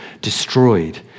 destroyed